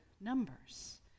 numbers